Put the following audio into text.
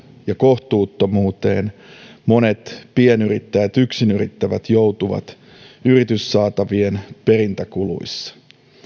ja kohtuuttomuuteen monet pienyrittäjät yksinyrittävät joutuvat yrityssaatavien perintäkuluissa